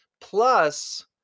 Plus